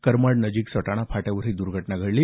करमाड नजिक सटाणा फाट्यावर ही दुर्घटना घडली